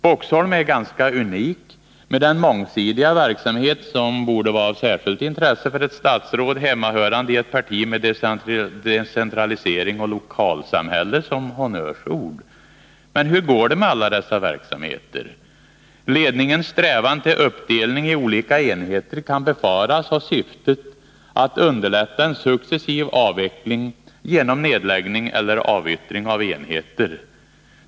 Boxholm är ganska unikt med den mångsidiga verksamheten, som borde vara av särskilt intresse för ett statsråd hemmahörande i ett parti med decentralisering och lokalsamhälle som honnörsord. Men hur går det med alla dessa verksamheter? Ledningens strävan till uppdelning i olika enheter kan befaras ha syftet att underlätta en successiv avveckling genom nedläggning eller avyttring av enheter.